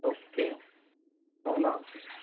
okay అవునా